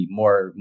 more